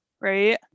right